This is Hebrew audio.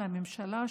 לממשלה,